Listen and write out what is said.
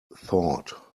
thought